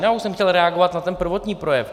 Já už jsem chtěl reagovat na ten prvotní projev.